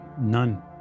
None